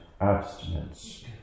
abstinence